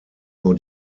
nur